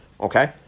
okay